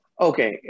Okay